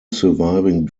surviving